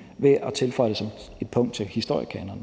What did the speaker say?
(Jeppe Søe): Spørgeren. Kl. 14:25 Jacob Mark